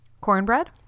Cornbread